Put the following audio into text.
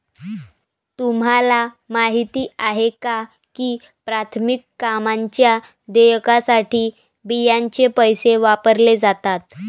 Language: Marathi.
तुम्हाला माहिती आहे का की प्राथमिक कामांच्या देयकासाठी बियांचे पैसे वापरले जातात?